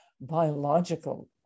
biological